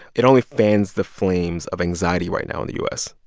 it only fans the flames of anxiety right now in the u s.